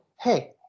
hey